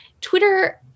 twitter